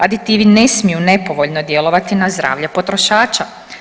Aditivi ne smiju nepovoljno djelovati na zdravlje potrošača.